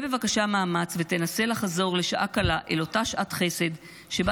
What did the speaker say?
-- עשה בבקשה מאמץ ותנסה לחזור לשעה קלה אל אותה שעת חסד שבה